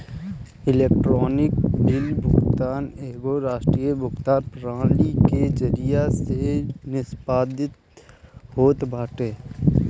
electronic bill भुगतान एगो राष्ट्रीय भुगतान प्रणाली के जरिया से निष्पादित होत बाटे